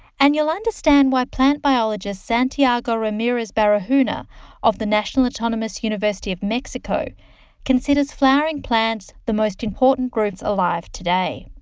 and you'll understand why plant biologist santiago ramirez-barahona of the national autonomous university of mexico considers flowering plants the most important groups alive today.